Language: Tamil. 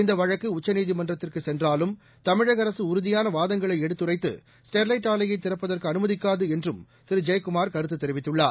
இந்தவழக்குஉச்சநீதிமன்றத்திற்குசென்றாலும் தமிழகஅரசுஉறுதியானவாதங்களைஎடுத்துரைத்து ஸ்டெர்லைட் ஆலையைதிறப்பதற்குஅனுமதிக்காதுஎன்றும் திருஜெயக்குமார் கருத்துதெிவித்துள்ளார்